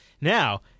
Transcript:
Now